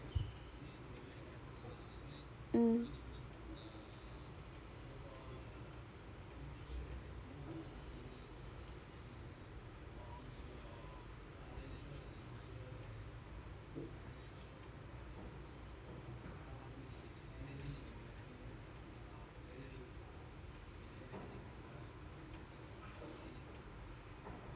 mm